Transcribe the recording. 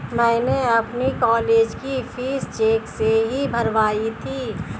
मैंने अपनी कॉलेज की फीस चेक से ही भरवाई थी